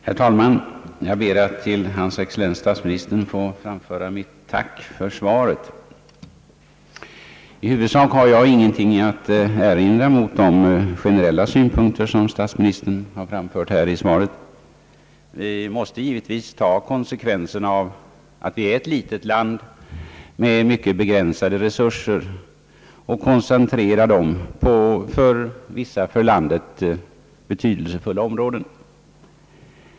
Herr talman! Jag ber att till hans excellens herr statsministern få framföra mitt tack för svaret. I huvudsak har jag ingenting att erinra mot de generella synpunkter som statsministern har framfört i svaret. Vi måste givetvis ta konsekvenserna av att Sverige är ett litet land med mycket begränsade resurser och måste koncentrera dem på vissa för landet betydelsefulla områden.